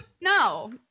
No